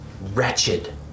Wretched